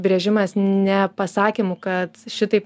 brėžimas ne pasakymu kad šitaip